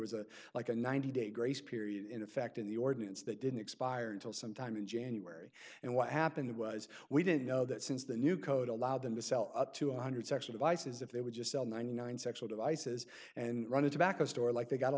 was a like a ninety day grace period in effect in the ordinance that didn't expire until sometime in january and what happened was we didn't know that since the new code allowed them to sell up to one hundred section vices if they would just sell ninety nine sexual devices and run it back a store like they got a